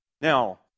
Now